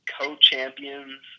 co-champions